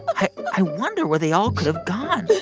i wonder where they all could've gone.